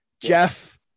Jeff